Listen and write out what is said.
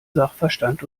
sachverstand